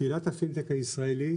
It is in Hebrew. קהילת הפינטק הישראלית